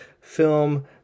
film